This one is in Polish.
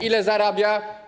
Ile zarabia?